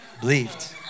Believed